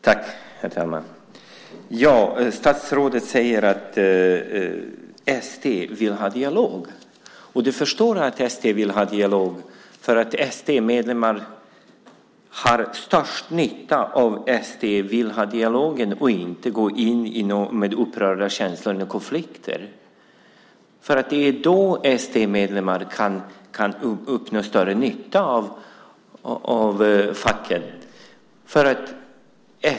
Herr talman! Statsrådet säger att ST vill ha en dialog och att du förstår att de vill ha en dialog för att ST-medlemmarna har störst nytta av att ST vill ha dialog i stället för att gå in i konflikter med upprörda känslor. Då kan ST-medlemmarna ha större nytta av facken.